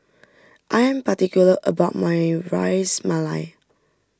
I am particular about my Ras Malai